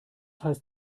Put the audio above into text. heißt